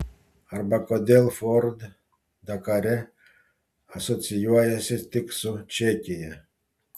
arba kodėl ford dakare asocijuojasi tik su čekija